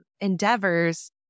endeavors